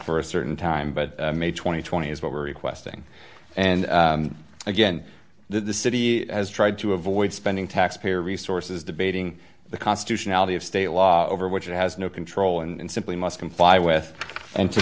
for a certain time but may two thousand and twenty is what we're requesting and again the city has tried to avoid spending taxpayer resources debating the constitutionality of state law over which it has no control and simply must comply with and to